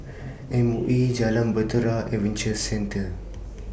M O E Jalan Bahtera Adventure Centre